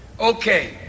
Okay